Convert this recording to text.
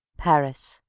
paris.